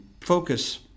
focus